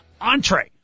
entree